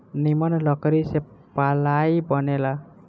निमन लकड़ी से पालाइ बनेला